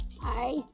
Hi